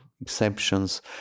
exceptions